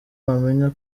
wamenya